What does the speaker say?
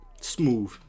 smooth